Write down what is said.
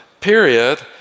period